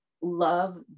Love